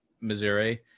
missouri